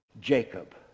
Jacob